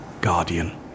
guardian